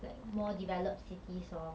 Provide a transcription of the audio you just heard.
like more developed cities orh